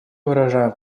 выражаем